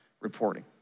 reporting